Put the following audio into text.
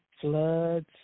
Floods